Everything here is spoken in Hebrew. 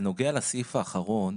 בנוגע לסעיף האחרון,